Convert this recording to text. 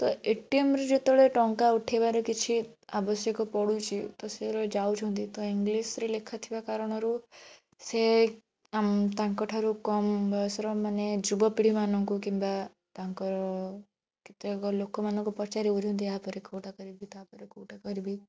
ତ ଏଟିଏମ୍ରୁ ଯେତେବେଳେ ଟଙ୍କା ଉଠାଇବାରେ କିଛି ଆବଶ୍ୟକ ପଡ଼ୁଛି ତ ସିଏ ଯେତେବେଳେ ଯାଉଛନ୍ତି ତ ଇଂଲିଶରେ ଲେଖାଥିବା କାରଣରୁ ସିଏ ଆମ ତାଙ୍କ ଠାରୁ କମ୍ ବୟସର ମାନେ ଯୁବପିଢ଼ି ମାନଙ୍କୁ କିମ୍ବା ତାଙ୍କର କେତେକ ଲୋକମାନଙ୍କୁ ପଚାରି ବୁଝନ୍ତି ଏହାପରେ କେଉଁଟା କରିବି ତା'ପରେ କେଉଁଟା କରିବି